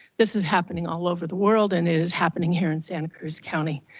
this is happening all over the world. and it is happening here in santa cruz county.